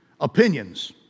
Opinions